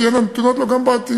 תהיינה נתונות לו גם בעתיד.